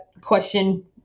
question